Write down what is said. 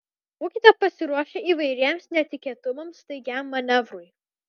būkite pasiruošę įvairiems netikėtumams staigiam manevrui